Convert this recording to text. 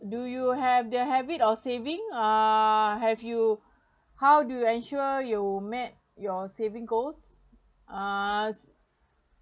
do you have the habit of saving uh have you how to ensure you made your saving goals uh